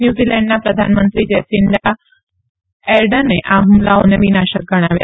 ન્યુઝીલેન્ડના પ્રધાનમંત્રી જેસીન્ડા એરડર્ને આ હ્મલાઓને વિનાશક ગણાવ્યા